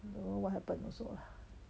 don't know what happen also